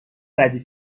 ردیف